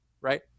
right